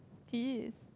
he is